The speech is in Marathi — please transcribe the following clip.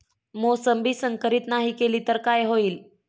मोसंबी संकरित नाही केली तर काय होईल?